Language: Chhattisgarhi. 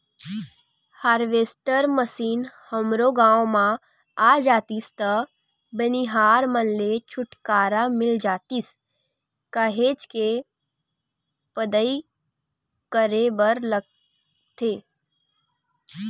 हारवेस्टर मसीन हमरो गाँव म आ जातिस त बनिहार मन ले छुटकारा मिल जातिस काहेच के पदई करे बर लगथे